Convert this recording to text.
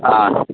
ಹಾಂ